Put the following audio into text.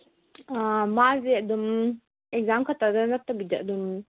ꯃꯥꯖꯦ ꯑꯗꯨꯝ ꯑꯦꯛꯖꯥꯝꯈꯛꯇ ꯅꯠꯇꯕꯤꯗ ꯑꯗꯨꯝ